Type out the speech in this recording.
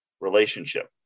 relationship